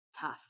tough